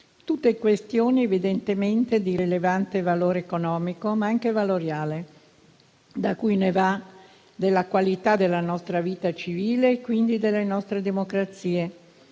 Tutte questioni evidentemente di rilevante valore economico, ma anche valoriale, da cui dipende la qualità della nostra vita civile e quindi delle nostre democrazie.